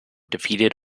defeated